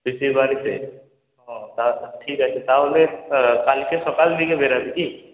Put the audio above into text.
পিসির বাড়িতে ও তাহলে ঠিক আছে তাহলে কালকে সকাল দিকে বেরোবি কি